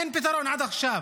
אין פתרון עד עכשיו.